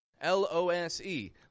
L-O-S-E